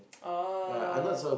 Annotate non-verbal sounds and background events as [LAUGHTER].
[NOISE] oh